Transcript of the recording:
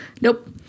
Nope